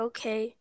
Okay